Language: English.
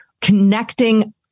connecting